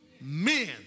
Men